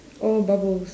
oh bubbles